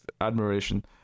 admiration